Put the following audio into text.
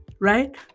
right